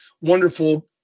wonderful